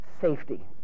safety